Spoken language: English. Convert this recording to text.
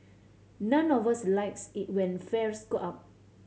none of us likes it when fares go up